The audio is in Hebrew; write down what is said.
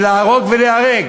להרוג וליהרג,